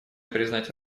признать